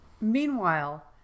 meanwhile